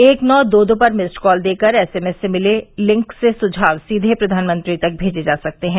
एक नौ दो दो पर मिस्ड कॉल देकर एसएमएस से मिले लिंक से सुझाव सीधे प्रधानमंत्री तक मेजे जा सकते हैं